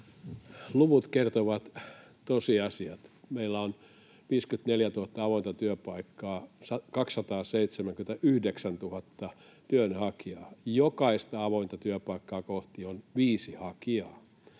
Luvut kertovat tosiasiat. Meillä on 54 000 avointa työpaikkaa, 279 000 työnhakijaa — jokaista avointa työpaikkaa kohti on viisi hakijaa.